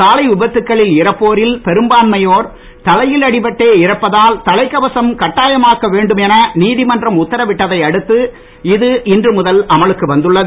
சாலை விபத்துக்களில் இறப்போரில் பெரும்பான்மையோர் தலையில் அடிபட்டே இறப்பதால் தலைக்கவசம் கட்டாயமாக்க வேண்டும் என நீதிமன்றம் உத்தரவிட்டதை அடுத்து இது இன்று முதல் அமலுக்கு வந்துள்ளது